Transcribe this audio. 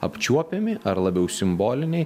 apčiuopiami ar labiau simboliniai